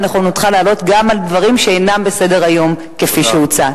נכונותך לענות גם על דברים שאינם בסדר-היום כפי שהוצע.